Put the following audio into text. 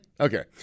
Okay